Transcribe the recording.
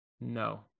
No